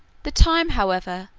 the time, however,